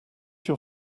your